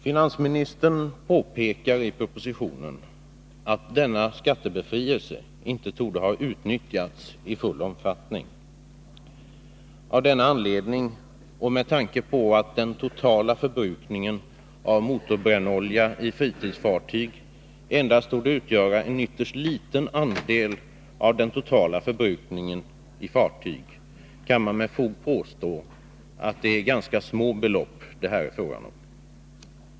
Finansministern påpekar i propositionen att denna skattebefrielse inte torde ha utnyttjats i full omfattning. Av denna anledning och med tanke på att den totala förbrukningen av motorbrännolja i fritidsfartyg endast torde utgöra en ytterst liten andel av den totala förbrukningen när det gäller fartyg, kan man med fog påstå att det här är fråga om ganska små belopp.